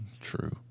True